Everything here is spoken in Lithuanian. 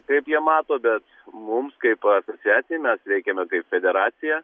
kaip jie mato bet mums kaip asociacijai mes veikiame kaip federacija